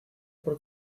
por